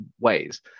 ways